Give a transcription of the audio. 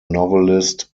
novelist